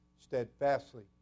steadfastly